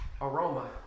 aroma